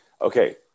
Okay